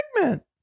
segment